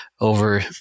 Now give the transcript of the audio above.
over